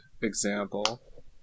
example